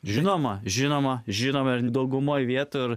žinoma žinoma žinoma daugumoje vietų ir